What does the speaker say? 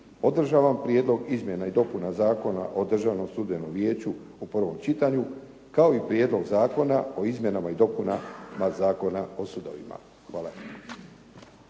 podržavam prijedlog Izmjena i dopunama Zakona o državnom sudbenom vijeću u prvom čitanju kao i Prijedlog zakona o Izmjenama i dopunama Zakona o sudovima. Hvala.